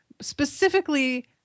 specifically